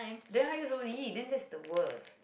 then how you supposed to eat then the worst